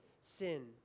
sin